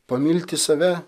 pamilti save